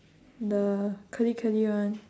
the curly curly one